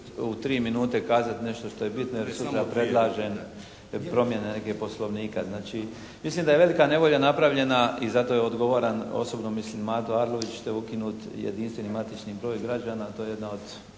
u 3 minute kazati nešto što je bitno jer sutra predlažem promjene neke Poslovnika. Znači mislim da je velika nevolja napravljena i zato je odgovoran osobno mislim Mato Arlović što je ukinut jedinstveni matični broj građana, to je jedna od